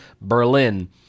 Berlin